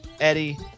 Eddie